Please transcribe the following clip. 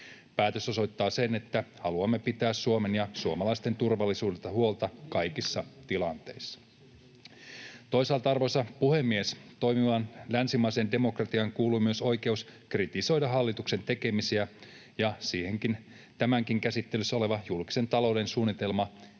Päätös osoittaa sen, että haluamme pitää Suomen ja suomalaisten turvallisuudesta huolta kaikissa tilanteissa Toisaalta, arvoisa puhemies, toimivaan länsimaiseen demokratiaan kuuluu myös oikeus kritisoida hallituksen tekemisiä, ja siihenkin tämäkin käsittelyssä oleva julkisen talouden suunnitelma